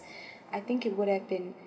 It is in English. I think it would have been